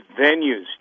venues